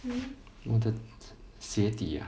我的鞋底 ah